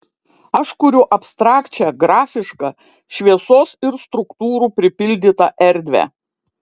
aš kuriu abstrakčią grafišką šviesos ir struktūrų pripildytą erdvę